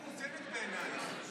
למה היא נראית בלתי מאוזנת בעינייך?